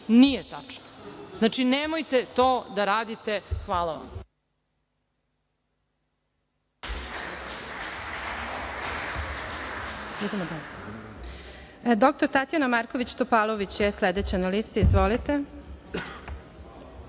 nije tačno. Znači, nemojte to da radite. Hvala vam.